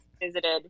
visited